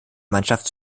mannschaft